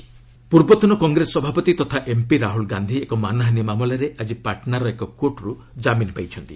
Rahul bail ପୂର୍ବତନ କଂଗ୍ରେସ ସଭାପତି ତଥା ଏମ୍ପି ରାହୁଲ ଗାନ୍ଧି ଏକ ମାନହାନୀ ମାମଲାରେ ଆଜି ପାଟନାର ଏକ କୋର୍ଟ୍ର୍ କାମିନ୍ ପାଇଛନ୍ତି